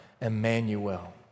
Emmanuel